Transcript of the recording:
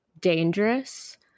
dangerous